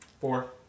Four